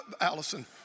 Allison